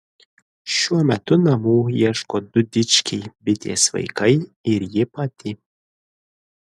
šiuo metu namų ieško du dičkiai bitės vaikai ir ji pati